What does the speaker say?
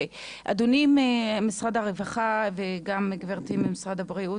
אדוני ממשרד הרווחה וגם גברתי ממשרד הבריאות,